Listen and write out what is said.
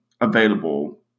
available